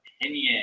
opinion